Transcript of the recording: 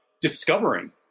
discovering